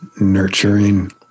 nurturing